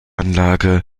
anlage